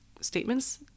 statements